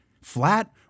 flat